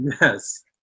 yes